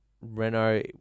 Renault